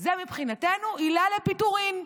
זה מבחינתנו עילה לפיטורים.